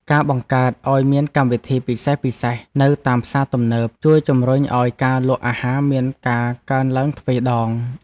ការបង្កើតឱ្យមានកម្មវិធីពិសេសៗនៅតាមផ្សារទំនើប ជួយជំរុញឱ្យការលក់អាហារមានការកើនឡើងទ្វេដង។